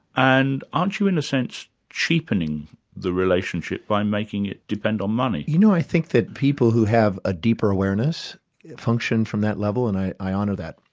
and aren't you in a sense cheapening the relationship by making it depend on money? you know i think that people who have a deep awareness function from that level, and i i honour that,